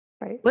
Right